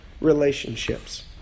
relationships